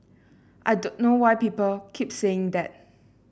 I don't know why people keep saying that